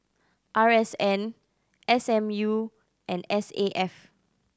R S N S M U and S A F